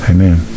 Amen